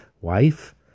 wife